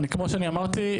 כמו שאמרתי,